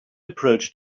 approached